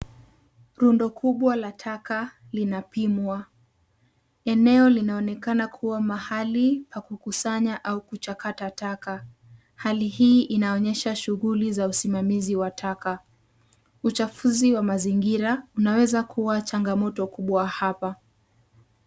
Rundo kubwa la taka linapimwa. Eneo linaonekana kuwa mahali pakukusanya au kuchakata taka. Hali hii inaonyesha shughuli za usimamazi wa taka. Uchafuzi wa mazingira unaweza kuwa changamoto kubwa hapa.